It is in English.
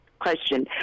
question